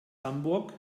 hamburg